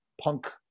punk